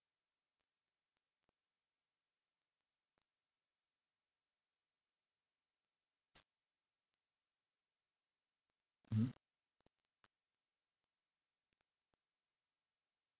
mmhmm